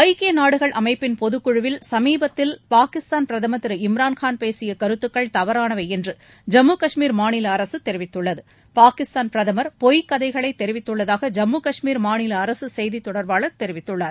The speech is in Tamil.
ஐக்கிய நாடுகள் அமைப்பின் பொதுக்குழுவில் சுமீபத்தில் பாகிஸ்தான் பிரதமர் திரு இம்ரான்கான் பேசிய கருத்துக்கள் தவறானவை என்று ஜம்மு கஷ்மீர் மாநில அரசு தெரிவித்துள்ளது பாகிஸ்தான் பிரதமர் பொய் கதைகளை தெரிவித்துள்ளதாக ஜம்மு கஷ்மீர் மாநில அரசு செய்தி தொடர்பாளர் தெரிவித்துள்ளார்